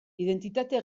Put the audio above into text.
identitate